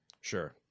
Sure